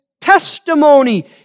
testimony